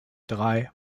drei